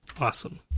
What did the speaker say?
Awesome